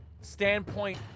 standpoint